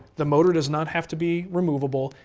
the motor does not have to be removable,